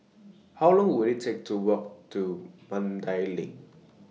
How Long Will IT Take to Walk to Mandai LINK